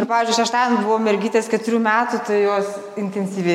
ir pavyzdžiui šeštadienį buvo mergytės keturių metų tai jos intensyviai